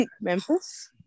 Memphis